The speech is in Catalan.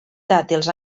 dàtils